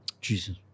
Jesus